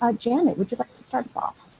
ah janet, would you like to start us off?